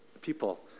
people